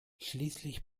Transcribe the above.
schließlich